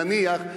נניח,